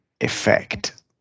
effect